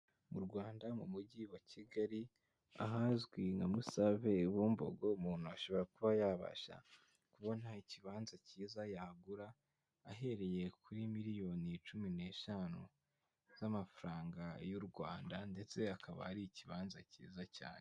Mu Rwanda mu mujyi wa Kigali ahazwi nka Musave i Bumbogo, umuntu ashobora kuba yabasha kubona ikibanza cyiza yagura ahereye kuri miliyoni cumi n'eshanu z'amafaranga y'u Rwanda ndetse akaba ari ikibanza cyiza cyane.